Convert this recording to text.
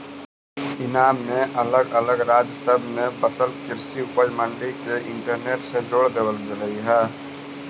ईनाम में अलग अलग राज्य सब में बसल कृषि उपज मंडी के इंटरनेट से जोड़ देबल गेलई हे